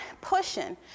pushing